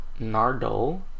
Nardole